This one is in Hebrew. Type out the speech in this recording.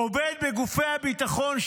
עובד בגופי הביטחון,